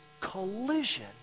collision